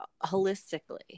holistically